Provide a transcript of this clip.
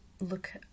look